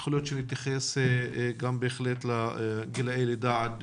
יכול להיות שנתייחס גם לגילאי לידה עד